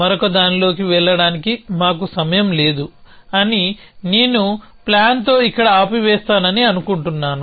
మరొకదానిలోకి వెళ్ళడానికి మాకు సమయం లేదు అని నేను ప్లాన్తో ఇక్కడ ఆపివేస్తానని అనుకుంటున్నాను